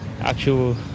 actual